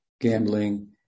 gambling